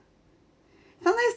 sometimes